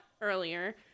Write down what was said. earlier